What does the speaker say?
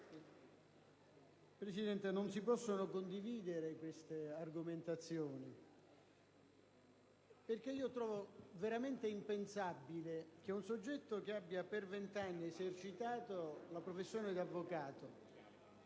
Presidente, non si possono condividere queste argomentazioni: trovo veramente impensabile che un soggetto che abbia per vent'anni esercitato la professione di avvocato